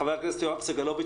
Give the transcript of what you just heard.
חבר הכנסת יואב סגלוביץ'.